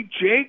Jake